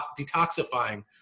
detoxifying